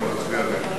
אנחנו נצביע עליה.